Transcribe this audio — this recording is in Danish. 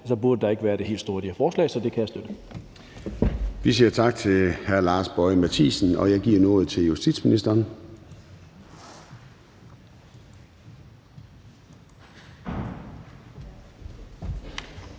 burde der ikke være det helt store i det her forslag, så det kan jeg støtte. Kl. 13:15 Formanden (Søren Gade): Vi siger tak til hr. Lars Boje Mathiesen, og jeg giver nu ordet til justitsministeren.